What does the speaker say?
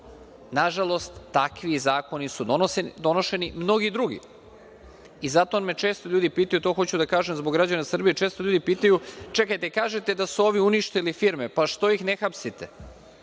ništa. Nažalost, takvi zakoni su donošeni, kao i mnogi drugi i zato me često ljudi pitaju, to hoću da kažem zbog građana Srbije, često ljudi pitaju – čekajte, kažete da su ovi uništili firme, pa što ih ne hapsite?